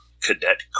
cadet